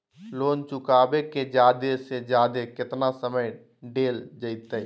Loan चुकाबे के जादे से जादे केतना समय डेल जयते?